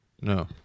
No